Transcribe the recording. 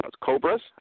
Cobras